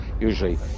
Usually